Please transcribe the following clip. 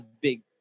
big